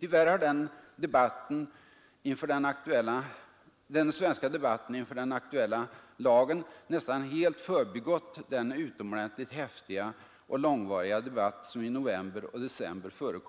Tyvärr har den svenska debatten inför den aktuella lagen nästan helt förbigått denna utomordentligt häftiga och långvariga debatt som i november och december fördes